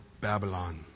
Babylon